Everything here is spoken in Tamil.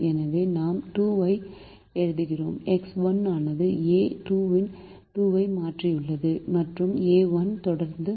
எனவே நாம் 2 ஐ எழுதுகிறோம் எக்ஸ் 1 ஆனது ஏ 2 ஐ மாற்றியுள்ளது மற்றும் ஏ 1 தொடர்ந்து உள்ளது